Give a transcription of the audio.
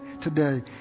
today